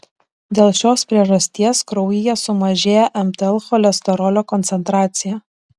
dėl šios priežasties kraujyje sumažėja mtl cholesterolio koncentracija